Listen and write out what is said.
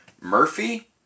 Murphy